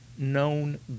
known